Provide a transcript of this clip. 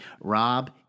Rob